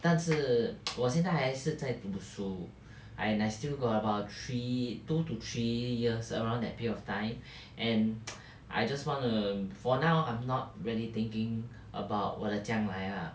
但是 我现在还是在读书 and I still go about three two to three years around that period of time and I just wanna for now I'm not really thinking about 我的将来啊